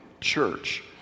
church